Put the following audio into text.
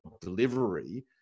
delivery